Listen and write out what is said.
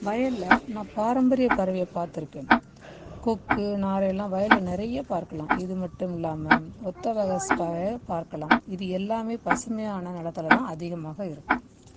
வயலில் நான் பாரம்பரிய பறவையை பார்த்திருக்கேன் கொக்கு நாரை எல்லாம் வயலில் நிறைய பார்க்கலாம் இது மட்டும் இல்லாமல் ஒற்ற வகை ஸ்பயர் பார்க்கலாம் இது எல்லாமே பசுமையான நிலத்துல தான் அதிகமாக இருக்கும்